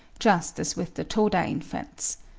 just as with the toda infants.